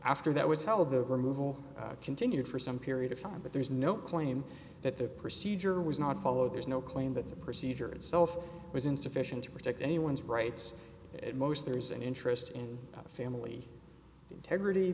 after that was held the removal continued for some period of time but there's no claim that the procedure was not followed there's no claim that the procedure itself was insufficient to protect anyone's rights most there's an interest in family integrity